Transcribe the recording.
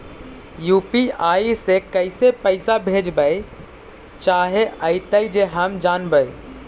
UPI से कैसे पैसा भेजबय चाहें अइतय जे हम जानबय?